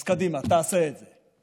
אז קדימה, תעשה את זה,